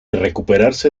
recuperarse